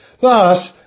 Thus